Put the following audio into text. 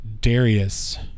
darius